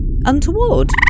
untoward